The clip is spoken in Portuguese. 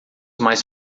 mais